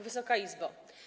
Wysoka Izbo!